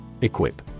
Equip